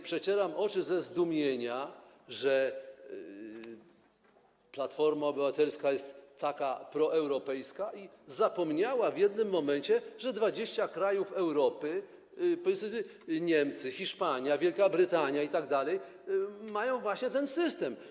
Przecieram oczy ze zdumienia, że Platforma Obywatelska, która jest taka proeuropejska, zapomniała w jednym momencie, że 20 krajów Europy - Niemcy, Hiszpania, Wielka Brytania itd. - ma właśnie ten system.